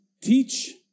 teach